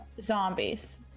zombies